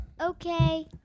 Okay